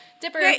Dipper